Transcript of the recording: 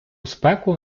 спеку